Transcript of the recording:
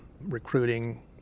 recruiting